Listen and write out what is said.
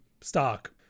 stock